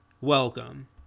welcome